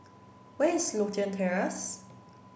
where is Lothian Terrace